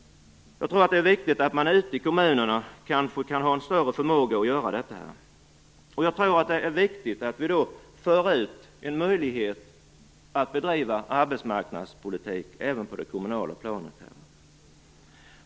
Jag tror att man ute i kommunerna kan ha en större förmåga att göra det här. Jag tror då att det är viktigt att vi ger en möjlighet att bedriva arbetsmarknadspolitik även på det kommunala planet.